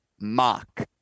Mock